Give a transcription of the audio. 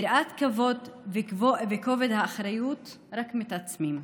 יראת הכבוד וכובד האחריות רק מתעצמים.